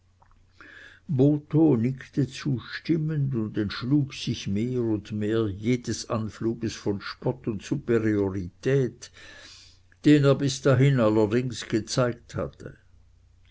nickte zustimmend und entschlug sich mehr und mehr jedes anfluges von spott und superiorität den er bis dahin allerdings gezeigt hatte